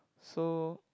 so